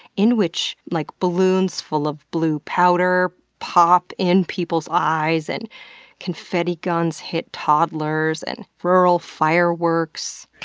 in which like balloons full of blue powder pop in people's eyes, and confetti guns hit toddlers, and rural fireworks